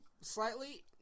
slightly